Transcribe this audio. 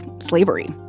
slavery